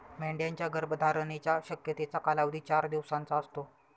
मेंढ्यांच्या गर्भधारणेच्या शक्यतेचा कालावधी चार दिवसांचा असतो